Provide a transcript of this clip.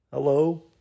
Hello